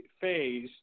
phase